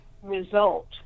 result